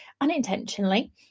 unintentionally